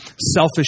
selfish